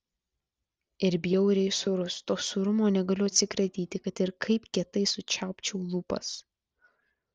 ir bjauriai sūrus to sūrumo negaliu atsikratyti kad ir kaip kietai sučiaupčiau lūpas